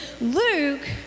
Luke